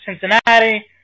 Cincinnati